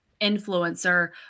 influencer